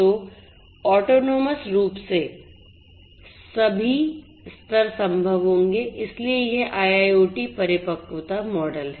तो ऑटोनोमस रूप के सभी स्तर संभव होंगे इसलिए यह IIoT परिपक्वता मॉडल है